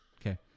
okay